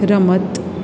રમત